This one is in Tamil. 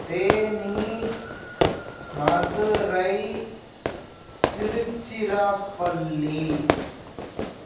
தேனி மதுரை திருச்சிராப்பள்ளி